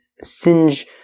singe